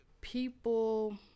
people